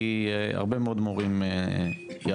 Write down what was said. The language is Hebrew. כי הרבה מאוד מורים יעזבו,